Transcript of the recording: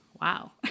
wow